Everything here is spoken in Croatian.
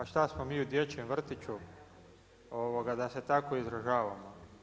Pa šta smo mi u dječjem vrtiću da se tako izražavamo?